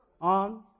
On